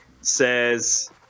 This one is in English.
says